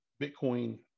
Bitcoin